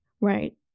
right